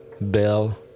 bell